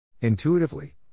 Intuitively